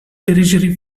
tertiary